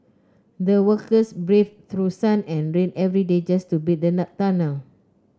the workers braved through sun and rain every day just to build the tunnel